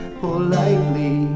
politely